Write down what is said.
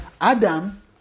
Adam